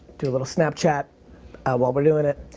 do a little snapchat while we're doing it.